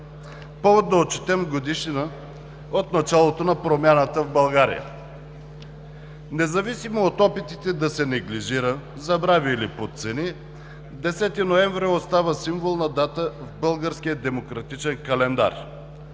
да отчетем годишнина от началото на промяната в България. Независимо от опитите да се неглижира, забрави или подцени 10 ноември остава символна дата в българския демократичен календар